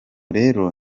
rero